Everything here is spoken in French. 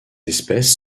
espèces